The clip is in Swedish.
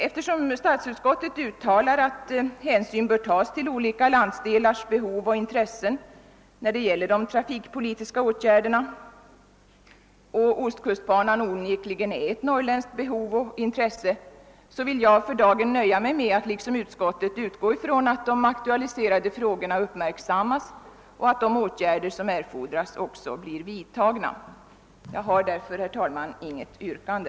Då statsutskottet uttalar att hänsyn bör tas till olika landsdelars behov och intressen när det gäller de trafikpolitiska åtgärderna och ostkustbanan onekligen är ett norrländskt behov och intresse, vill jag för dagen nöja mig med att liksom utskottet utgå ifrån att de aktualiserade frågorna uppmärksammas och att de åtgärder som erfordras också blir vidtagna. Jag har därför, herr talman, inget yrkande.